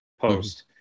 post